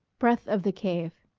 breath of the cave